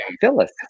Phyllis